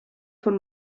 von